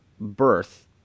birth